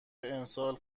امسال